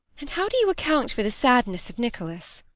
and how do you account for the sadness of nicholas?